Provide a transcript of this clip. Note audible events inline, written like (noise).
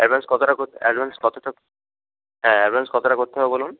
advance কতটা (unintelligible) advance কতটা হ্যাঁ অ্যাডভান্স কতটা করতে হবে বলুন